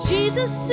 Jesus